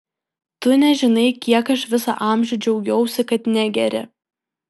tu nežinai kiek aš visą amžių džiaugiausi kad negeri